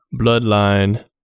bloodline